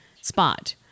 spot